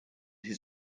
his